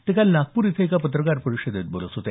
ते काल नागपूर इथं पत्रकार परिषदेत बोलत होते